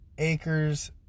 Acres